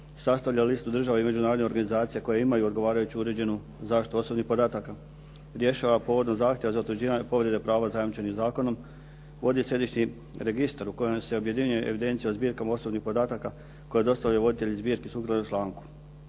sastavlja listu državnih i međunarodnih organizacija koje imaju odgovarajuće uređenu zaštitu osobnih podataka, rješava povodom zahtjeva za utvrđivanje povrede prava zajamčenih zakonom, vodi središnji registar u kojem se objedinjuje evidencija o zbirkama osobnih podataka koji dostavljaju voditelji zbirki sukladno